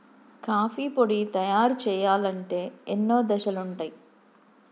coffee పొడి తయారు చేయాలంటే ఎన్నో దశలుంటయ్